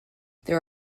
there